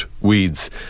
weeds